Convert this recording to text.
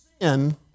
sin